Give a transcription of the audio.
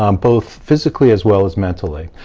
um both physically, as well as mentally,